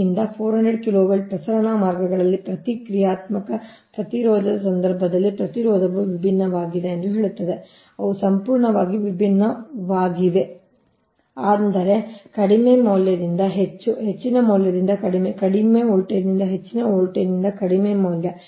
ಯಿಂದ 400 KV ಪ್ರಸರಣ ಮಾರ್ಗಗಳಲ್ಲಿ ಪ್ರತಿಕ್ರಿಯಾತ್ಮಕ ಪ್ರತಿರೋಧದ ಸಂದರ್ಭದಲ್ಲಿ ಪ್ರತಿರೋಧವು ವಿಭಿನ್ನವಾಗಿದೆ ಎಂದು ಹೇಳುತ್ತದೆ ಅವು ಸಂಪೂರ್ಣವಾಗಿ ವಿಭಿನ್ನವಾಗಿವೆ ಅಂದರೆ ಕಡಿಮೆ ಮೌಲ್ಯದಿಂದ ಹೆಚ್ಚು ಹೆಚ್ಚಿನ ಮೌಲ್ಯದಿಂದ ಕಡಿಮೆ ಕಡಿಮೆ ವೋಲ್ಟೇಜ್ನಿಂದ ಹೆಚ್ಚಿನ ವೋಲ್ಟೇಜ್ಗೆ ಕಡಿಮೆ ಮೌಲ್ಯ